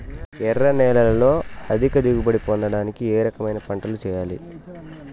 ఎర్ర నేలలో అధిక దిగుబడి పొందడానికి ఏ రకమైన పంటలు చేయాలి?